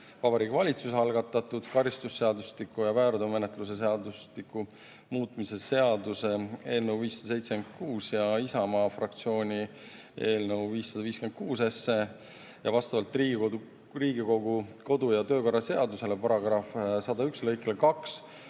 Vabariigi Valitsuse algatatud karistusseadustiku ja väärteomenetluse seadustiku muutmise seaduse eelnõu 576 ja Isamaa fraktsiooni algatatud eelnõu 556 ning vastavalt Riigikogu kodu- ja töökorra seaduse § 101 lõikele 2